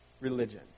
religion